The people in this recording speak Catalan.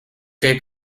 què